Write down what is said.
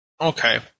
Okay